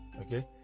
okay